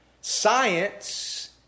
Science